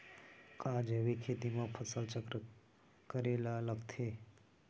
का जैविक खेती म फसल चक्र करे ल लगथे?